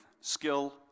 skill